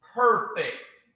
perfect